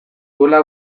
duela